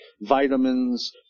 vitamins